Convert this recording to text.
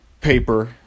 paper